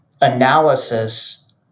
analysis